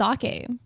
sake